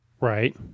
Right